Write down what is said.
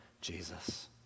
Jesus